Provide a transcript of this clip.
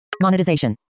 Monetization